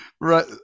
Right